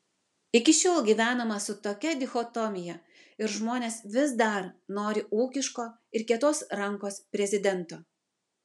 iki šiol gyvenama su tokia dichotomija ir žmonės vis dar nori ūkiško ir kietos rankos prezidento